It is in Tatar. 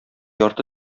ярты